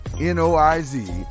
N-O-I-Z